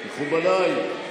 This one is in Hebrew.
מכובדיי,